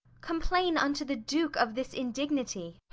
complain unto the duke of this indignity.